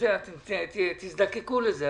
אתם תזדקקו לזה.